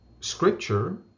scripture